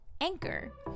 Anchor